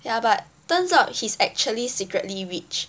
ya but turns out he's actually secretly rich